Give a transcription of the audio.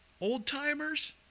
old-timers